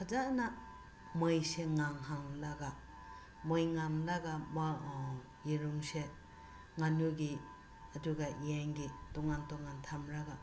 ꯐꯖꯅ ꯃꯩꯁꯦ ꯉꯥꯟꯍꯜꯂꯒ ꯃꯩ ꯉꯥꯜꯂꯒ ꯌꯦꯔꯨꯝꯁꯦ ꯉꯥꯅꯨꯒꯤ ꯑꯗꯨꯒ ꯌꯦꯟꯒꯤ ꯇꯣꯉꯥꯟ ꯇꯣꯉꯥꯟ ꯊꯝꯂꯒ